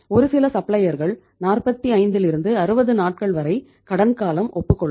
ஒருசில சப்ளையர்கள் 45 லிருந்து 60 நாட்கள் வரை கடன் காலம் ஒப்புக்கொள்வர்